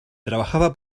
trabajaba